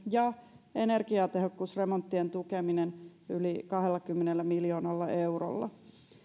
ja energiatehokkuusremonttien tukeminen yli kahdellakymmenellä miljoonalla eurolla